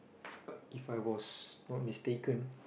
if I if I was not mistaken